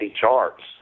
charts